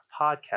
Podcast